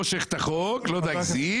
לא מושך את החוק, לא נגזים.